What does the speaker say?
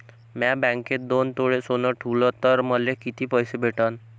म्या बँकेत दोन तोळे सोनं ठुलं तर मले किती पैसे भेटन